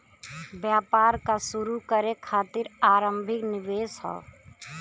व्यापार क शुरू करे खातिर आरम्भिक निवेश हौ